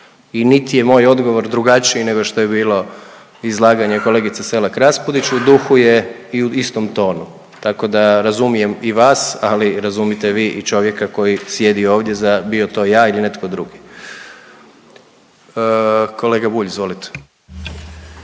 I niti je moj odgovor drugačiji nego što je bilo izlaganje kolegice Selak-Raspudić, u duhu je i u istom tonu. Tako da razumijem i vas, ali razumite vi i čovjeka koji sjedi ovdje bio to ja ili netko drugi. Kolega Bulj, izvolite.